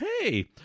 hey